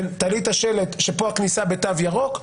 תלית שלט שפה הכניסה בתו ירוק,